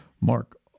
Mark